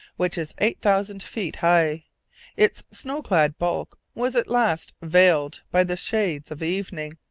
which is eight thousand feet high its snow-clad bulk was at last veiled by the shades of evening.